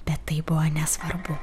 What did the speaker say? bet tai buvo nesvarbu